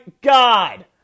God